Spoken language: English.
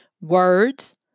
words